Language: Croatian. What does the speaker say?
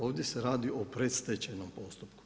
Ovdje se radi o predstečajnom postupku.